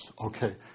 Okay